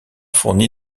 fourni